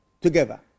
together